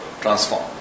transform